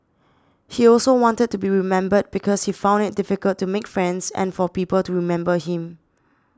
he also wanted to be remembered because he found it difficult to make friends and for people to remember him